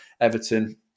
Everton